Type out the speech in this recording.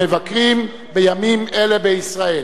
המבקרים בימים אלה בישראל.